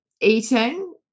eating